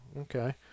Okay